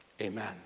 Amen